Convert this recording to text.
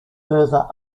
further